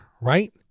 right